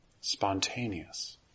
spontaneous